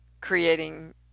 creating